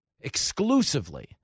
exclusively